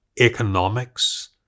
economics